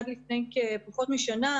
עד לפני פחות משנה,